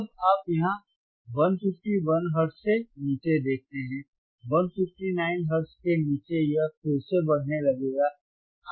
अब आप यहाँ 151 हर्ट्ज से नीचे देखते हैं 159 हर्ट्ज़ के नीचे यह फिर से बढ़ने लगेगा